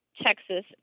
Texas